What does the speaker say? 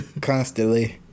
Constantly